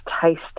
taste